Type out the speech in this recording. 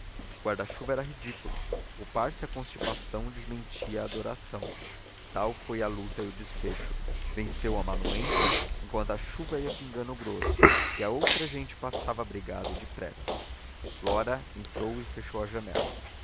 guarda-chuva era ridículo poupar se à constipação desmentia a adoração tal foi a luta e o desfecho venceu o amanuense enquanto a chuva ia pingando grosso e outra gente passava abrigada e depressa flora entrou e fechou a janela